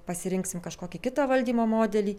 pasirinksim kažkokį kitą valdymo modelį